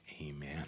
Amen